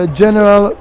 general